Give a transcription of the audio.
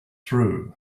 through